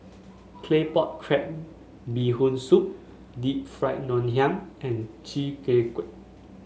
Claypot Crab Bee Hoon Soup Deep Fried Ngoh Hiang and Chi Kak Kuih